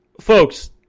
Folks